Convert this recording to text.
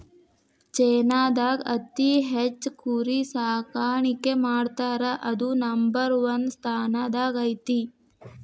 ಚೇನಾದಾಗ ಅತಿ ಹೆಚ್ಚ್ ಕುರಿ ಸಾಕಾಣಿಕೆ ಮಾಡ್ತಾರಾ ಅದು ನಂಬರ್ ಒನ್ ಸ್ಥಾನದಾಗ ಐತಿ